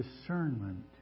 discernment